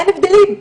אין הבדלים.